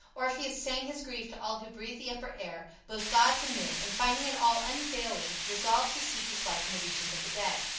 orpheus sang his grief to all who breathed the upper air, both gods and men, and finding it all unavailing resolved to seek his wife in the regions of the dead.